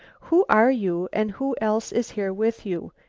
who are you and who else is here with you?